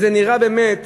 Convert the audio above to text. וזה נראה באמת